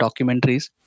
documentaries